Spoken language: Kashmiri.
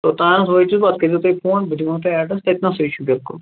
توٚتام وٲتِو پَتہٕ کٔرۍزیٚو تُہی فون بہٕ دِمہو تۄہہِ ایٚڈرس تٔتۍ نسٕے چھُ بِلکُل